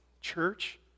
Church